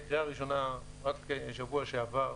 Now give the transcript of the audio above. קריאה ראשונה רק שבוע שעבר,